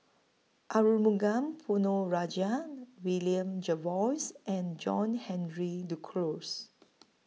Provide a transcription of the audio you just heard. Arumugam Ponnu Rajah William Jervois and John Henry Duclos